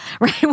Right